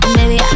Baby